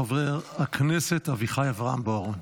חבר הכנסת אביחי אברהם בוארון.